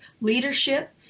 leadership